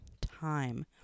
time